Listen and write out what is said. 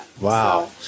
wow